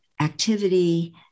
activity